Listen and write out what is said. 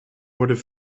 worden